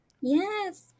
Yes